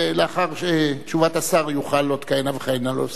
ולאחר תשובת השר יוכל לעלות כהנה וכהנה להוסיף.